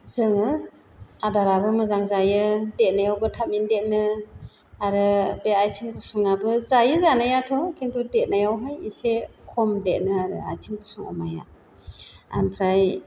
जोङो आदाराबो मोजां जायो देरनायावबो थाबैनो देरो आरो बे आथिं गुसुङाबो जायो जानायाथ' किन्तु देरनायावहाय एसे खम देरो आरो आथिं गुसुं अमाया ओमफ्राय